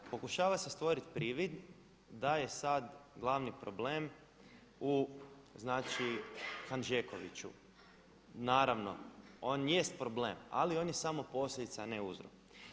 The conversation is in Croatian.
Pokušava se stvoriti privid da je sada glavni problem u znači Hanžekoviću, naravno on jest problem ali on je samo posljedica a ne uzrok.